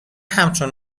همچون